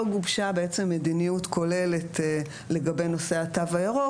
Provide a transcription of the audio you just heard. גובשה בעצם מדיניות כוללת לגבי נושא התו הירוק.